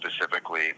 specifically